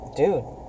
dude